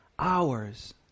hours